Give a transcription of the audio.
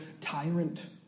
tyrant